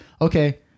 Okay